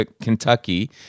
Kentucky